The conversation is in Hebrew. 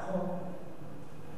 וכאן היא מתה מיתת נשיקה.